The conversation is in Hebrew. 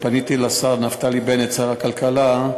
פניתי לשר נפתלי בנט, שר הכלכלה,